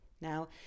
Now